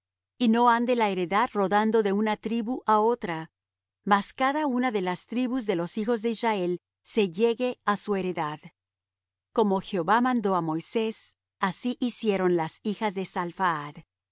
y no ande la heredad rodando de una tribu á otra mas cada una de las tribus de los hijos de israel se llegue á su heredad como jehová mandó á moisés así hicieron las hijas de